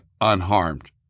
unharmed